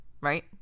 right